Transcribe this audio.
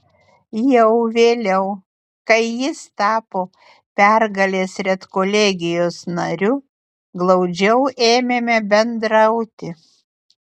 jau vėliau kai jis tapo pergalės redkolegijos nariu glaudžiau ėmėme bendrauti